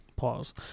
Pause